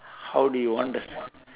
how do you want the st~